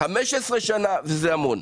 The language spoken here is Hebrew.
15 שנה וזה המון.